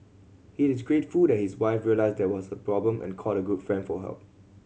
he is grateful that his wife realised there was a problem and called a good friend for help